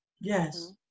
yes